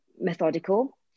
methodical